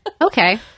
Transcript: Okay